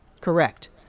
Correct